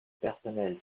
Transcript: personnel